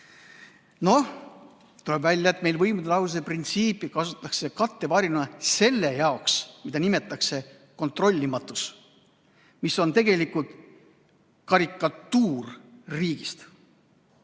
Noh, tuleb välja, et meil võimude lahususe printsiipi kasutatakse kattevarjuna selle jaoks, mida nimetatakse kontrollimatuseks, mis on tegelikult karikatuur riigist.